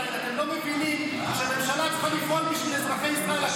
אתם לא מבינים שממשלה צריכה לפעול בשביל אזרחי ישראל.